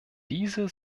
diese